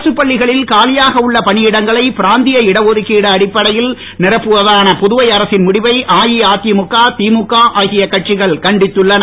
அரசுப் பள்ளிகளில் காலியாக உள்ள பணியிடங்களை பிராந்திய இட ஒதுக்கீடு அடிப்படையில் நீரப்புவதான புதுவை அரசின் முடிவை அஇஅதிமுக திமுக ஆகிய கட்சிகள் கண்டித்துள்ளன